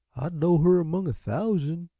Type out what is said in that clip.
i'd know her among a thousand.